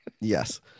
Yes